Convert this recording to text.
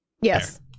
Yes